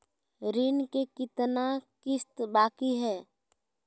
ऋण के कितना किस्त बाकी है?